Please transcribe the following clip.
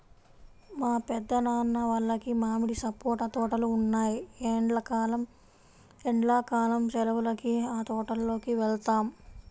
మా పెద్దనాన్న వాళ్లకి మామిడి, సపోటా తోటలు ఉన్నాయ్, ఎండ్లా కాలం సెలవులకి ఆ తోటల్లోకి వెళ్తాం